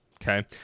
Okay